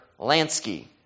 Lansky